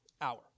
hour